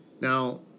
Now